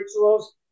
rituals